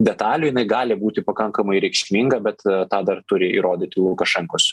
detalių jinai gali būti pakankamai reikšminga bet tą dar turi įrodyti lukašenkos